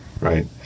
Right